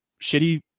shitty